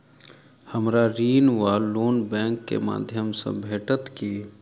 हमरा ऋण वा लोन बैंक केँ माध्यम सँ भेटत की?